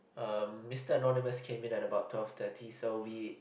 um Mister Annonymous came in like about twelve thirty so we